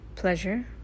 pleasure